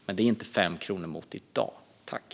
Men det är inte 5 kronor mot läget i dag.